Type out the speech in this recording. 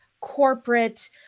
corporate